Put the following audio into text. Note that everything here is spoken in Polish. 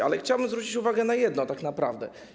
Ale chciałbym zwrócić uwagę na jedno tak naprawdę.